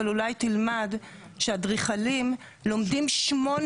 אבל אולי תלמד שאדריכלים לומדים שמונה